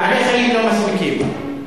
בעלי-חיים לא מסמיקים,